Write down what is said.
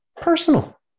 personal